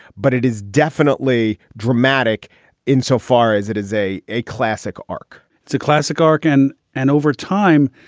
but it is definitely dramatic in so far as it is a a classic arc it's a classic arc. and and over time,